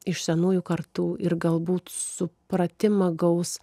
iš senųjų kartų ir galbūt supratimą gaus